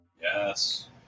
Yes